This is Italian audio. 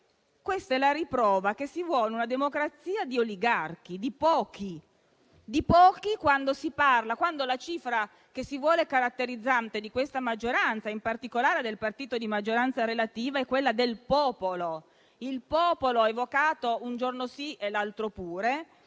questa è la riprova che si vuole una democrazia di oligarchi, di pochi, mentre la cifra che si vuole caratterizzante di questa maggioranza, in particolare del partito di maggioranza relativa, è quella del popolo, evocato un giorno sì e l'altro pure,